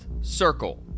circle